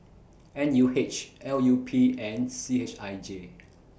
N U H L U P and C H I J